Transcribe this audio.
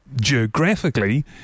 geographically